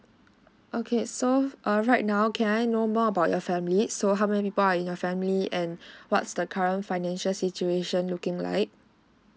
okay so uh right now can I know more about your family so how many are in your family and what's the current financial situation looking like